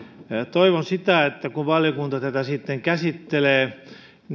toivon että kun valiokunta tätä sitten käsittelee